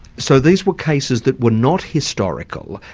so these were cases that were not historical,